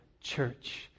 church